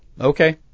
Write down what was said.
Okay